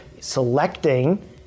selecting